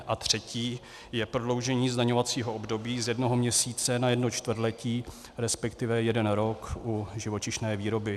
Za třetí je to prodloužení zdaňovacího období z jednoho měsíce na jedno čtvrtletí, respektive jeden rok u živočišné výroby.